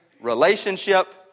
relationship